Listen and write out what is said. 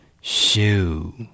shoe